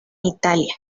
italia